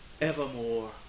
evermore